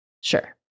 Sure